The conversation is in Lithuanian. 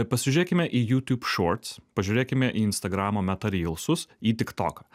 pasižiūrėkime į youtube shorts pažiūrėkime į instagramo meta rylsus į tiktoką